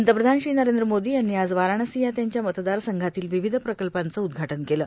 पंतप्रधान नरेंद्र मोदी यांनी आज वाराणसी या त्यांच्या मतदारसंघातील विविध प्रकल्पांचं उद्घाटन केलं